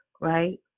right